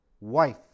Wife